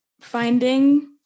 finding